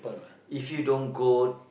if you don't go